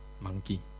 monkey